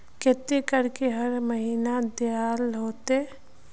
केते करके हर महीना देल होते?